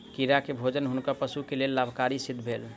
कीड़ा के भोजन हुनकर पशु के लेल लाभकारी सिद्ध भेल